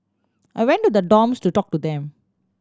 I went to the dorms to talk to them